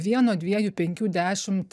vieno dviejų penkių dešimt